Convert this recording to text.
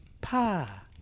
Pa